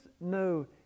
no